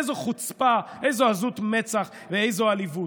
איזו חוצפה, איזו עזות מצח ואיזו עליבות.